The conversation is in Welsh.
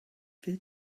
fydd